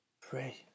Pray